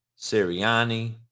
Sirianni